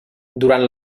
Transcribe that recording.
durant